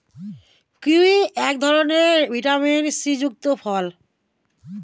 kiwi এক ধরনের vitamin C যুক্ত ফল